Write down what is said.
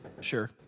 Sure